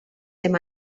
hem